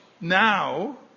now